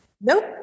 Nope